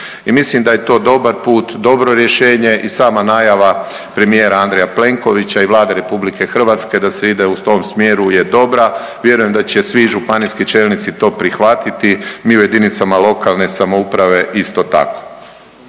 mislim da je to dobar put, dobro rješenje. I sama najava premijera Andreja Plenkovića i Vlade RH da se ide u tom smjeru je dobra. Vjerujem da će svi županijski čelnici to prihvatiti. Mi u jedinicama lokalne samouprave isto tako.